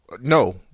No